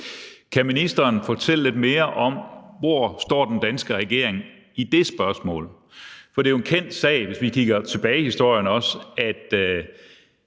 Kan ministeren fortælle lidt mere om, hvor den danske regering står i det spørgsmål? For det er jo en kendt sag, også hvis vi kigger tilbage i historien, at